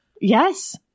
Yes